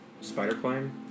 Spider-climb